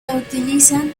utilizan